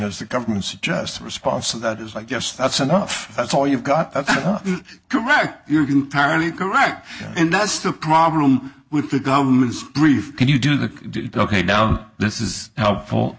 has the government suggest response so that is i guess that's enough that's all you've got correct you're right and that's the problem with the government's brief can you do the duck a down this is helpful